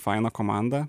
faina komanda